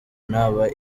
naba